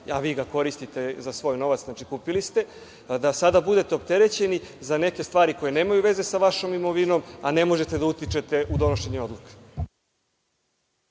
a vi ga koristite za svoj novac, znači kupili ste, da sada budete opterećeni za neke stvari koje nemaju veze sa vašom imovinom a ne možete da utičete u donošenju odluke.